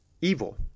evil